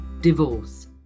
Divorce